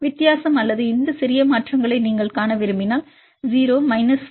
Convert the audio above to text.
வித்தியாசம் அல்லது இந்த சிறிய மாற்றங்களை நீங்கள் காண விரும்பினால் 0 மைனஸ் 0